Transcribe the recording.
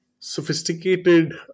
sophisticated